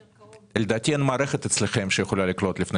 לדעתי, אין מערכת אצלכם שיכולה לקלוט לפני